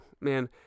man